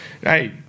Hey